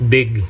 Big